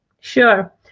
Sure